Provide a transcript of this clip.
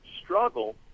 struggle